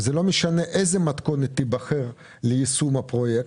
וזה לא משנה איזה מתכונת תיבחר ליישום הפרויקט,